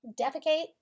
defecate